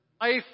Life